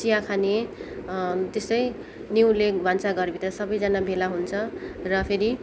चिया खाने त्यस्तै निहुले भान्सा घरभित्र सबैजना भेला हुन्छ र फेरि